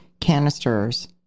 canisters